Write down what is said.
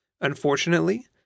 Unfortunately